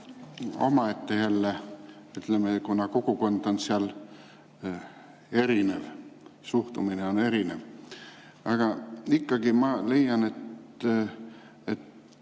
omaette teema, kuna kogukond on seal erinev ja suhtumine on erinev. Aga ikkagi ma leian, et